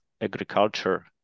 agriculture